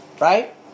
right